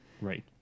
Right